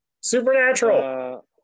Supernatural